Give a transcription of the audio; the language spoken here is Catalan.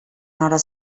hores